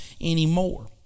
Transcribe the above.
anymore